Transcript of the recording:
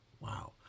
Wow